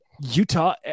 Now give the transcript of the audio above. Utah